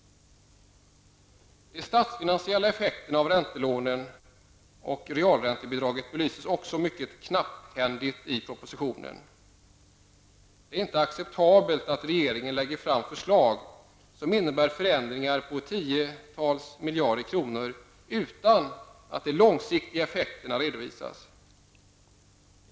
De statsfinansiella effekterna av räntelån och realräntebidrag belyses också mycket knapphändigt i propositionen. Det är inte acceptabelt att regeringen lägger fram förslag som innebär förändringar på tiotals miljarder kronor utan att de långsiktiga effekterna redovisas.